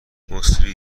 مسری